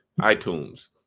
iTunes